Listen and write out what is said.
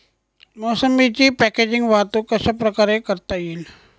मोसंबीची पॅकेजिंग वाहतूक कशाप्रकारे करता येईल?